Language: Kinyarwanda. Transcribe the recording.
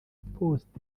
post